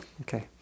Okay